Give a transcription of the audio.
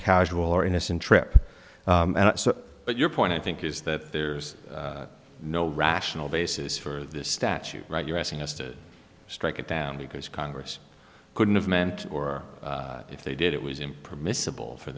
casual or innocent trip and so your point i think is that there's no rational basis for this statute right you're asking us to strike it down because congress couldn't have meant or if they did it was permissible for